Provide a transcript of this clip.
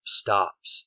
stops